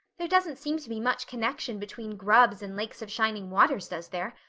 there doesn't seem to be much connection between grubs and lakes of shining waters, does there?